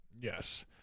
Yes